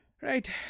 Right